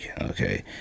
Okay